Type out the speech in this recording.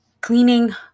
cleaning